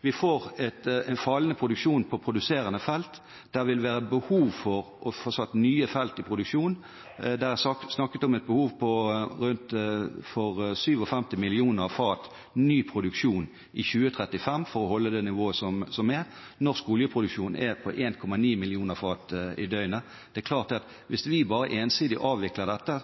Vi får en fallende produksjon på produserende felt, og det vil være behov for å få satt nye felt i produksjon. Det er snakket om et behov på rundt 57 millioner fat ny produksjon i 2035 for å holde det nivået som er. Norsk oljeproduksjon er på 1,9 millioner fat i døgnet. Det er klart at hvis vi bare ensidig avvikler dette,